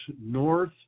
north